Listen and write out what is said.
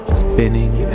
spinning